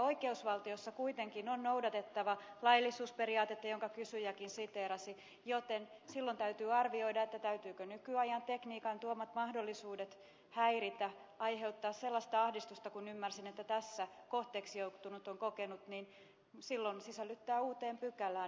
oikeusvaltiossa kuitenkin on noudatettava laillisuusperiaatetta jota kysyjäkin siteerasi joten silloin täytyy arvioida täytyykö nykyajan tekniikan tuomat mahdollisuudet häiritä aiheuttaa sellaista ahdistusta kuin ymmärsin jota tässä kohteeksi joutunut on kokenut sisällyttää uuteen pykälään